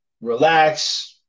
relax